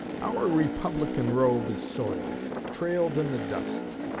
our republican robe is soiled trailed in the dust.